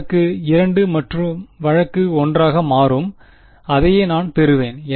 வழக்கு 2 வழக்கு 1 ஆக மாறும் அதையே நான் பெறுவேன்